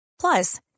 Plus